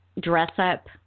dress-up